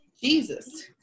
jesus